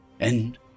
End